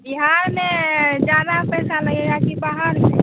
बिहार में ज़्यादा पैसा लगेगा कि बाहर में